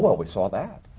we saw that!